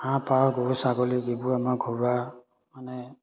হাঁহ পাৰ গৰু ছাগলী যিবোৰ আমাৰ ঘৰুৱা মানে